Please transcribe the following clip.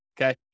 okay